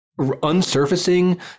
unsurfacing